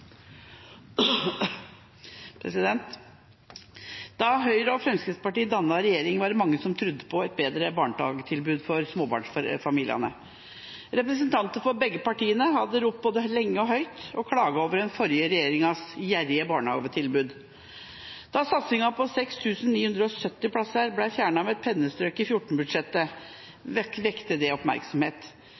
omme. Da Høyre og Fremskrittspartiet dannet regjering, var det mange som trodde på et bedre barnehagetilbud for småbarnsfamiliene. Representanter for begge disse partiene hadde ropt både lenge og høyt og klaget over den forrige regjeringas gjerrige barnehagetilbud. Da satsingen på 6 970 plasser ble fjernet med et pennestrøk i 2014-budsjettet, vakte det oppmerksomhet.